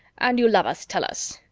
and you love us, tell us.